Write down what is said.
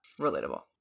relatable